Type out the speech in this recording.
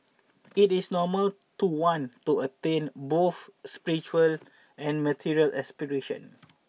it is normal to want to attain both spiritual and material aspirations